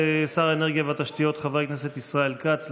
שר האנרגיה והתשתיות חבר הכנסת ישראל כץ,